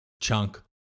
Chunk